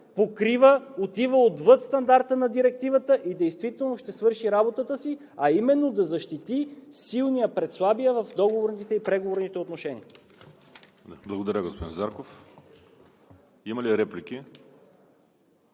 покрива, отива отвъд стандарта на Директивата и действително ще свърши работата си, а именно да защити силния пред слабия, в договорните и преговорните отношения. ПРЕДСЕДАТЕЛ ВАЛЕРИ СИМЕОНОВ: Благодаря, господин Зарков. Има ли реплики